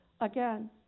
again